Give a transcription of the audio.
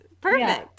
perfect